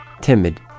Timid